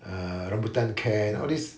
uh rambutan can all these